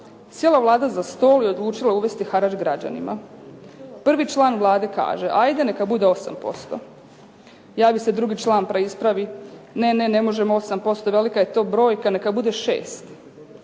Sjela Vlada za stol i odlučila uvesti harač građanima. Prvi član Vlade kaže ajde neka bude 8%. Javi se drugi član pa ispravi ne ne možemo 8%, velika je to brojka, neka bude 6.